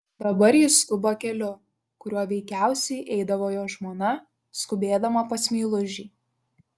dabar jis skuba keliu kuriuo veikiausiai eidavo jo žmona skubėdama pas meilužį